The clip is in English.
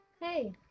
Hey